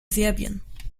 serbien